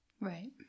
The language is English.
Right